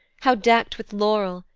how deckt with laurel,